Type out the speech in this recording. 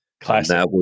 Classic